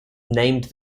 named